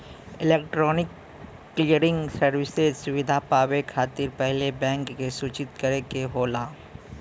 electronic clearing services सुविधा पावे खातिर पहिले बैंक के सूचित करे के होला